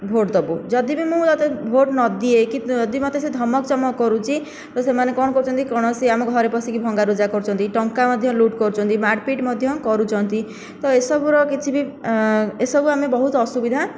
vote ଦେବୁ ଯଦି ବି ମୁଁ ତୋତେ ଭୋଟ ନ ଦିଏ କି ଯଦି ମୋତେ ସିଏ ଧମକ ଚମକ କରୁଛି ତ ସେମାନେ କ'ଣ କରୁଛନ୍ତି କୌଣସି ଆମ ଘରେ ପଶିକି ଭଙ୍ଗାରୁଜା କରୁଛନ୍ତି ଟଙ୍କା ମଧ୍ୟ ଲୁଟ୍ କରୁଛନ୍ତି ମାଡ଼ପିଟ୍ ମଧ୍ୟ କରୁଛନ୍ତି ତ ଏସବୁର କିଛି ବି ଏସବୁ ଆମେ ବହୁତ ଅସୁବିଧା